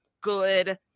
good